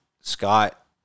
Scott